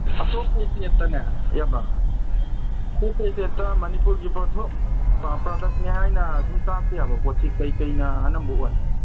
ꯑꯇꯣꯞꯄ ꯏꯁꯇꯦꯠꯇꯅꯦ ꯏꯌꯥꯝꯕ ꯑꯇꯣꯞꯞ ꯏꯁꯇꯦꯠꯇ ꯃꯅꯤꯄꯨꯔꯒꯤ ꯄꯣꯊꯣꯛ ꯄ꯭ꯔꯗꯛꯅꯦ ꯍꯥꯏꯅ ꯁꯨꯝ ꯇꯥꯛꯄ ꯌꯥꯕ ꯄꯣꯠꯁꯤ ꯀꯩꯀꯩꯅ ꯑꯅꯝꯕ ꯑꯣꯏ